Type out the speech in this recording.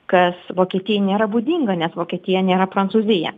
kas vokietijai nėra būdinga nes vokietija nėra prancūzija